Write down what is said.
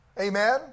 amen